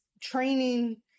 training